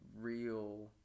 real